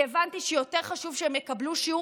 כי הבנתי שיותר חשוב שהן יקבלו שיעור